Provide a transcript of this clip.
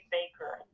Baker